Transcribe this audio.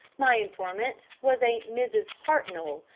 my informant was a mrs. hartnoll,